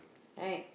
right